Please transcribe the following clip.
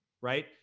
right